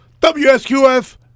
WSQF